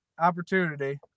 opportunity